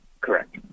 Correct